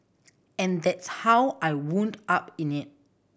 and that's how I wound up in it